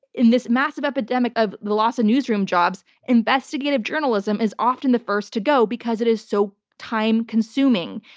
in this massive epidemic of the loss of newsroom jobs, investigative journalism is often the first to go because it is so time consuming,